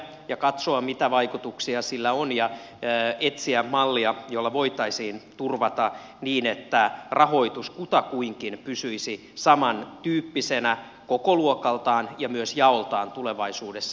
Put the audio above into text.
voidaan katsoa mitä vaikutuksia sillä on ja voidaan etsiä mallia jolla voitaisiin turvata se että rahoitus kutakuinkin pysyisi saman tyyppisenä kokoluokaltaan ja myös jaoltaan tulevaisuudessa